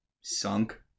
Sunk